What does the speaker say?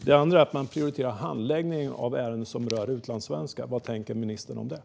Den andra är att man prioriterar handläggningen av ärenden som rör utlandssvenskar. Vad tänker ministern om detta?